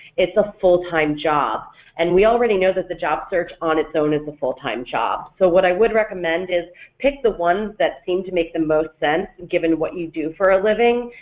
it's a full-time job and we already know that the job search on its own is a full-time job, so what i would recommend is pick the ones that seem to make the most sense given what you do for a living,